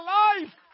life